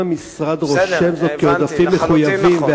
אם המשרד רושם זאת כעודפים מחויבים,